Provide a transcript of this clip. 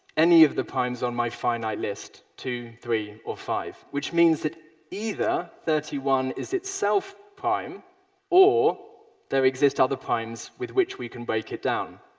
any of the primes on my finite list two, three or five. which means that either thirty one is itself prime or there exists other primes with which we can break it down.